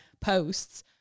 posts